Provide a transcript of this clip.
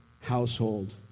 household